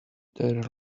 their